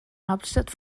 hauptstadt